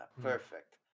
perfect